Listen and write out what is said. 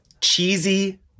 Cheesy